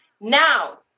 Now